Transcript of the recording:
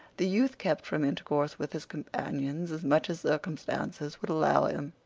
the youth kept from intercourse with his companions as much as circumstances would allow him.